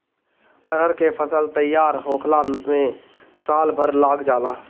अरहर के फसल तईयार होखला में साल भर लाग जाला